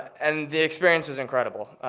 and the experience is incredible.